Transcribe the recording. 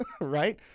Right